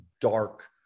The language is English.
dark